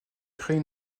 créer